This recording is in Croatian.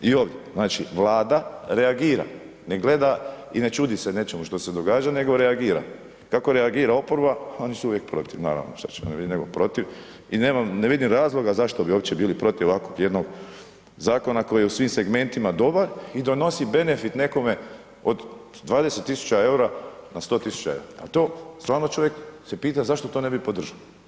i ovdje, znači Vlada reagira, ne gleda i ne čudi se nečemu što se događa, nego reagira, kako reagira oporba, oni su uvijek protiv naravno, šta će oni bit nego protiv i nemam, ne vidim razloga zašto bi uopće bili protiv ovako jednog zakona koji je u svim segmentima dobar i donosi benefit nekome od 20.000,00 EUR-a na 100.000,00 EUR-a, a to stvarno čovjek se pita zašto to ne bi podržao.